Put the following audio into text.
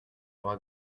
aura